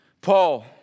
Paul